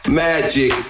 magic